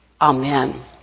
Amen